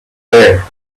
bare